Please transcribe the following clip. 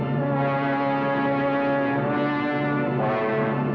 and